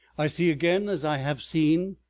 i see again as i have seen,